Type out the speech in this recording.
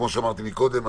כמו שאמרתי קודם,